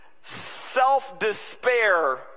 self-despair